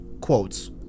quotes